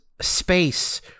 space